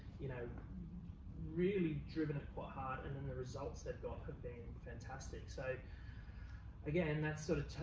you know really driven it quite hard and then the results they've got have been fantastic. so again, that's sort of,